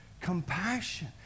compassion